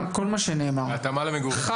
שנאמר -- התאמה למגורים.